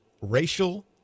racial